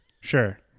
Sure